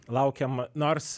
laukiam nors